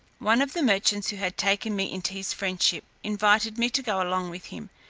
one of the merchants who had taken me into his friendship invited me to go along with him,